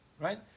right